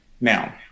now